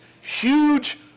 huge